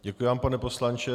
Děkuji vám, pane poslanče.